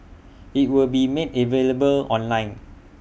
IT will be made available online